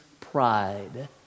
pride